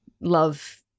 love